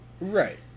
right